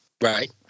Right